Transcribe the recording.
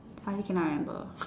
suddenly can not remember